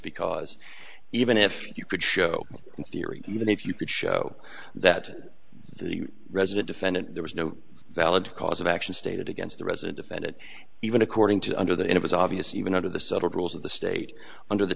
because even if you could show in theory even if you could show that the resident defendant there was no valid cause of action stated against the resident offended even according to under that it was obvious even under the settled rules of the state under the